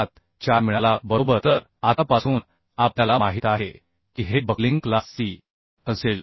74 मिळाला बरोबर तर आतापासून आपल्याला माहित आहे की हे बक्लिंग क्लास C असेल